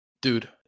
Dude